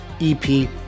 EP